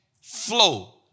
flow